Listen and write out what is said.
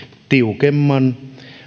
tiukemman